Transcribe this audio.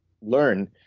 learn